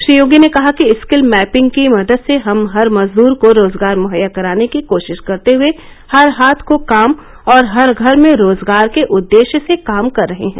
श्री योगी ने कहा कि रिकल मैपिंग की मदद से हम हर मजदूर को रोजगार मुहैया कराने की कोशिश करते हए हर हाथ को काम और हर घर में रोजगार के उद्देश्य से काम कर रहे हैं